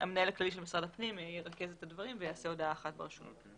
המנהל הכללי של משרד הפנים ירכז את הדברים ויוציא הודעה אחת ברשומות.